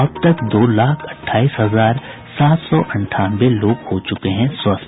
अब तक दो लाख अठाईस हजार सात सौ अंठानवे लोग हो चुके हैं स्वस्थ